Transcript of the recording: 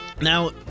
now